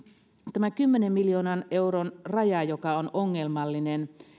tämä kymmenen miljoonan euron raja joka on ongelmallinen